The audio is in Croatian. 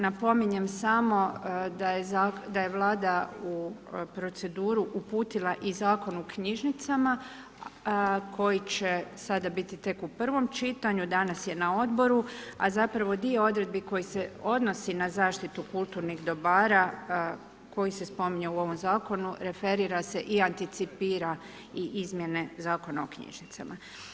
Napominjem samo da je Vlada u proceduru uputila i Zakon o knjižnicama koji će sada biti tek u prvom čitanju, danas je na odboru, a zapravo dio odredbi koji se odnosi na zaštitu kulturnih dobara koji se spominje u ovom zakonu referira se i anticipira i izmjene Zakona o knjižnicama.